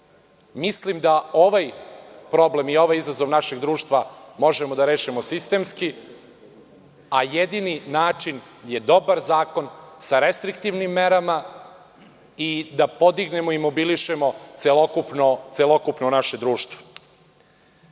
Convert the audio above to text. mislim da ovaj problem i ovaj izazov našeg društva možemo da rešimo sistemski, a jedini način je dobar zakon sa restriktivnim merama i da podignemo i mobilišemo celokupno naše društvo. Možda